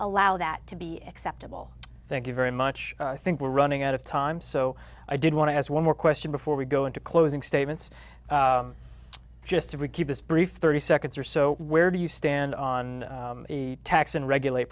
allow that to be acceptable thank you very much think we're running out of time so i did want to has one more question before we go into closing statements just to recap this brief thirty seconds or so where do you stand on a tax and regulate